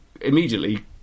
immediately